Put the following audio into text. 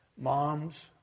Moms